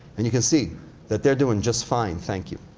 and you can see that they're doing just fine thank you.